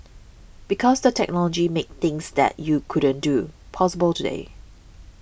because the technology makes things that you couldn't do possible today